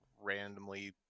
randomly